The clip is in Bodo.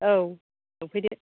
औ लांफैदो